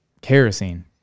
kerosene